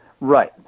Right